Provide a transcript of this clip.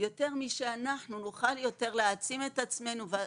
יותר משאנחנו נוכל להעצים את עצמנו יותר,